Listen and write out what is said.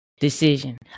decision